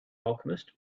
alchemist